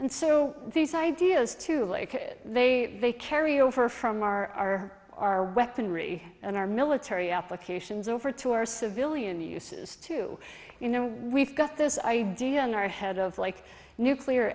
and so these ideas to they they carry over from our our weaponry and our military applications over to our civilian uses too you know we've got this idea in our head of like nuclear